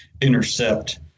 intercept